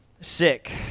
Sick